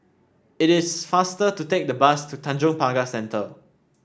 it is faster to take the bus to Tanjong Pagar Centre